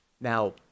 Now